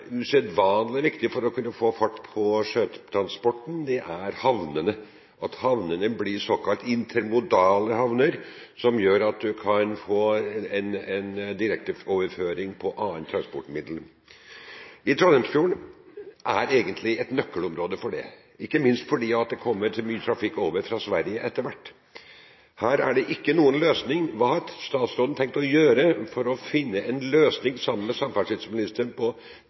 usedvanlig viktig for å kunne få fart på sjøtransporten, er havnene – at havnene blir såkalt intermodale havner, noe som gjør at man kan få en direkteoverføring til andre transportmidler. Trondheimsfjorden er egentlig et nøkkelområde for det, ikke minst fordi det etter hvert kommer til mye transport over fra Sverige. Her er det ikke noen løsning. Hva har statsråden, sammen med samferdselsministeren, tenkt å gjøre for å finne en løsning